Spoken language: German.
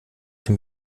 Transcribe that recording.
dem